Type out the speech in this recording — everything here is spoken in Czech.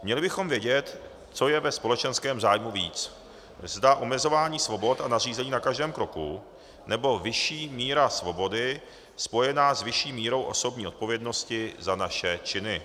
Měli bychom vědět, co je ve společenském zájmu víc, zda omezování svobod a nařízení na každém kroku, nebo vyšší míra svobody spojená s vyšší mírou osobní odpovědnosti za naše činy.